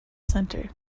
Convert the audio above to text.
center